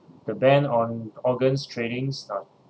the ban on organs tradings ah